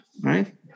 Right